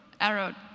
arrow